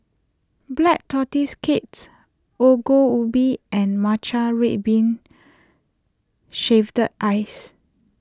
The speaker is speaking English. Black Tortoise Cakes Ongol Ubi and Matcha Red Bean Shaved Ice